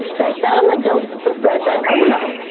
they found that dogs preferred their owner.